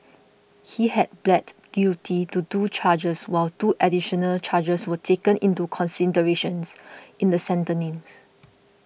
he had pleaded guilty to two charges while two additional charges were taken into considerations in the sentencing